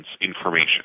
information